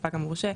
לספק המורשה,